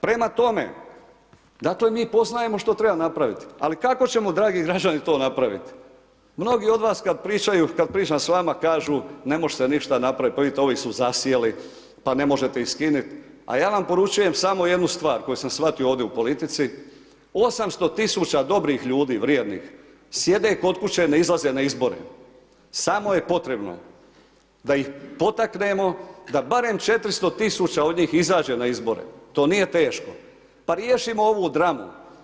Prema tome, dakle mi poznajemo što treba napraviti, ali kako ćemo dragi građani to napravit, mnogi od vas kad pričaju, kad pričam s vama kažu ne može se ništa napravit pa vidite ovi su zasjeli, pa ne možete ih skinit, a ja vam poručujem samo jednu stvar koju sam shvatio ovdje u politici 800 tisuća dobrih ljudi, vrijednih sjede kod kuće ne izlaze na izbore, samo je potrebno da ih potaknemo da barem 400 tisuća od njih izađe na izbore, to nije teško, pa riješimo ovu dramu.